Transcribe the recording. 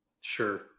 Sure